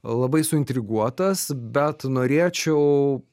labai suintriguotas bet norėčiau